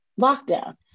lockdown